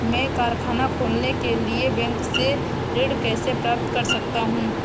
मैं कारखाना खोलने के लिए बैंक से ऋण कैसे प्राप्त कर सकता हूँ?